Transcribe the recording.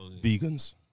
vegans